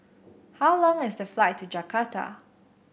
how long is the flight to Jakarta